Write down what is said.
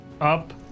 up